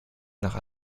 nach